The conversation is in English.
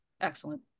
Excellent